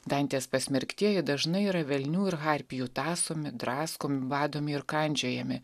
dantės pasmerktieji dažnai yra velnių ir harpijų tąsomi draskomi badomi ir kandžiojami